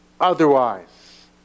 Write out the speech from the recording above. otherwise